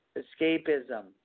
escapism